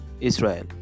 israel